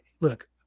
look